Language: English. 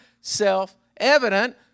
self-evident